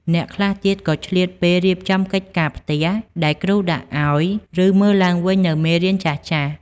អ្នកខ្លះទៀតក៏ឆ្លៀតពេល រៀបចំកិច្ចការផ្ទះ ដែលគ្រូដាក់ឱ្យ ឬ មើលឡើងវិញនូវមេរៀនចាស់ៗ។